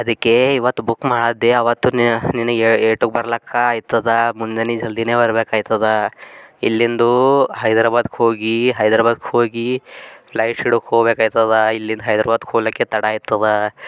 ಅದಕ್ಕೆ ಇವತ್ತು ಬುಕ್ ಮಾಡಿದೆ ಆವತ್ತು ನಿನಗೆ ಏಟು ಬರಲಿಕ್ಕೆ ಆಗ್ತದೆ ಮುಂಜಾನೆ ಜಲ್ದಿನೆ ಬರ್ಬೇಕಾಯ್ತದ ಇಲ್ಲಿಂದೂ ಹೈದರಾಬಾದ್ಗೆ ಹೋಗಿ ಹೈದರಾಬಾದ್ಗೆ ಹೋಗಿ ಫ್ಲೈಟ್ ಹಿಡ್ಕೊ ಹೋಗ್ಬೇಕಾಯ್ತದ ಇಲ್ಲಿಂದ ಹೈದರಾಬಾದ್ ಹೋಗ್ಲಿಕ್ಕೆ ತಡ ಆಯ್ತದ